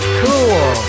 cool